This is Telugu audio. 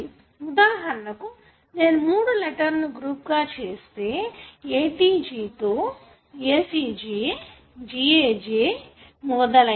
ఉదాహరణకు నేను మూడు లెటర్ ల ను గ్రూప్ గ చేస్తే ATG తో ACJ GAG మొదలయినవి